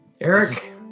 Eric